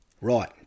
Right